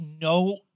no